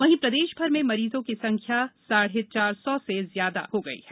वहीं प्रदेश भर में मरीजों की संख्या साढ़े चार सौ से ज्यादा हो गई है